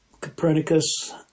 Copernicus